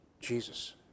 Jesus